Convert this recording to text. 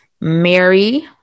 Mary